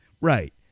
Right